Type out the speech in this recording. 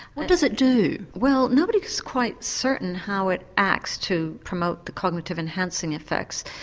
what does it do? well nobody is quite certain how it acts to promote the cognitive enhancing effects,